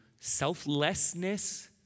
selflessness